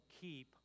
keep